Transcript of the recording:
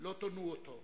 לא תונו אתו.